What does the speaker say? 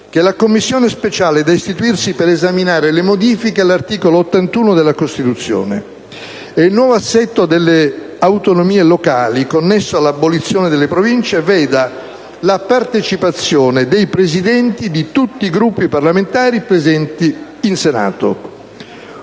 che la Commissione speciale da istituirsi per esaminare le modifiche all'articolo 81 della Costituzione e il nuovo assetto delle autonomie locali connesso all'abolizione delle Province veda la partecipazione dei Presidenti di tutti i Gruppi parlamentari presenti in Senato;